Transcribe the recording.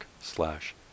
slash